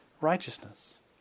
righteousness